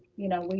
you know, like